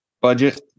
budget